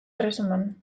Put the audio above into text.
erresuman